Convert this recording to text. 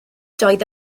doedd